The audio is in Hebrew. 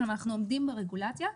אנחנו עומדים ברגולציה,